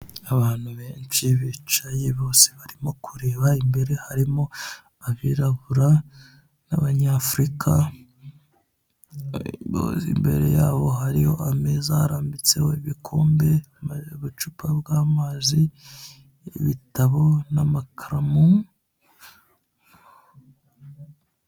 Abantu benshi bicaye bose barimo kureba imbere, harimo abirabura n'abanyafurika, imbere yabo hari ameza arambitseho ibikombe, ubucupa bw'amazi, ibitabo n'amakaramu.